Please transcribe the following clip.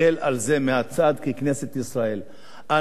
אנחנו חושבים שהממשלה הגדולה,